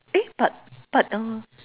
eh but but uh